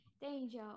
danger